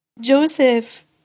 Joseph